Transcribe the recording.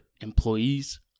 employees